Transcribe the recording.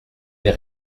les